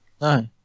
No